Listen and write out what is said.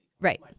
Right